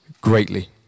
greatly